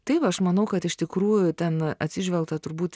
taip aš manau kad iš tikrųjų ten atsižvelgta turbūt